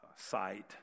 sight